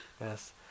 Yes